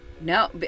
No